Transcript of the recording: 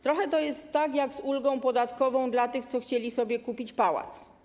Trochę to jest tak jak z ulgą podatkową dla tych, co chcieli sobie kupić pałac.